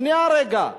שנייה רגע.